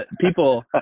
people